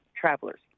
travelers